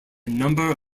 number